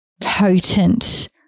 potent